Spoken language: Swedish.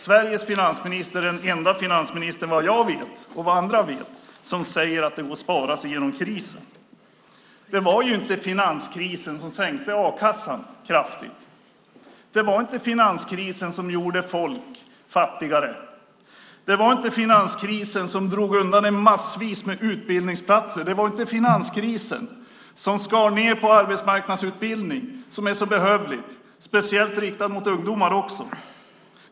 Sveriges finansminister är den enda finansministern, vad jag vet och vad andra vet, som säger att det går att spara sig genom krisen. Det var inte finanskrisen som sänkte a-kassan kraftigt. Det var inte finanskrisen som gjorde folk fattigare. Det var inte finanskrisen som drog undan massvis med utbildningsplatser. Det var inte finanskrisen som skar ned på arbetsmarknadsutbildningen som är så behövlig när den är speciellt riktad mot ungdomar också.